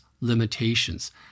limitations